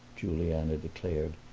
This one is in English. juliana declared.